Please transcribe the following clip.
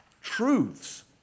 truths